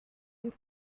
and